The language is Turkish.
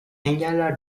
engeller